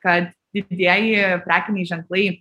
kad didieji prekiniai ženklai